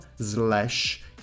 slash